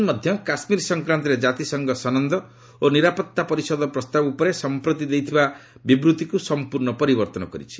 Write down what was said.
ଚୀନ୍ ମଧ୍ୟ କାଶ୍ମୀର ସଂକ୍ରାନ୍ତରେ ଜାତିସଂଘ ସନନ୍ଦ ଓ ନିରାପତ୍ତା ପରିଷଦ ପ୍ରସ୍ତାବ ଉପରେ ସମ୍ପ୍ରତି ଦେଇଥିବା ବିବୃତ୍ତିକୁ ସଂପ୍ରର୍ଣ୍ଣ ପରିବର୍ତ୍ତନ କରିଛି